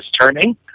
turning